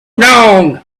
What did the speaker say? long